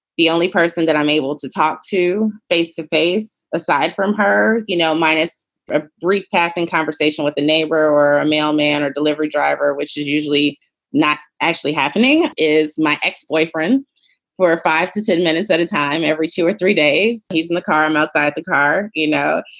the only person that i'm able to talk to face to face aside from her, you know, minus a brief passing conversation with a neighbor or a mail man or delivery driver, which is usually not actually happening, is my ex boyfriend four or five to ten minutes at a time every two or three days. he's in the car. i'm outside the car, you know.